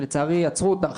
ולצערי עצרו אותה,